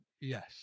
Yes